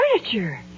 furniture